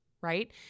Right